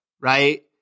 right